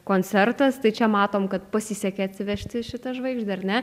koncertas tai čia matom kad pasisekė atsivežti šitą žvaigždę ar ne